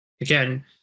again